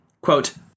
Quote